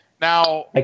Now